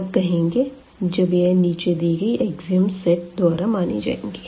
तब कहेंगे जब यह नीचे दी गई अकसीयम्स सेट द्वारा मानी जाएगी